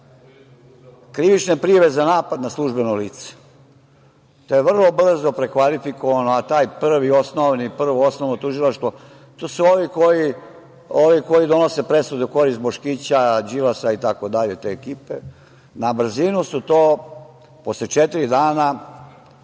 krivične prijave za napad na službeno lice, to je vrlo brzo prekvalifikovano, a Prvi osnovni, Prvo osnovno tužilaštvo, to su ovi koji donose presude u korist Boškića, Đilasa i tako dalje, te ekipe, na brzinu su to, posle četiri dana